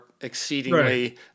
exceedingly